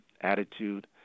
attitude